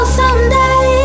someday